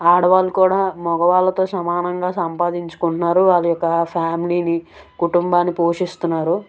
ఆడవాళ్ళు కూడా మగవాళ్ళతో సమానంగా సంపాదించుకుంటున్నారు వాళ్ళ యొక్క ఫ్యామిలీని కుటుంబాన్ని పోషిస్తున్నారు